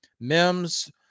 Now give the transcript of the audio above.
Mims